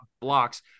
blocks